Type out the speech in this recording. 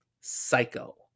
Psycho